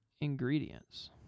ingredients